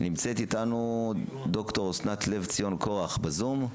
נמצאת איתנו ד"ר אסנת לבציון קורח בזום.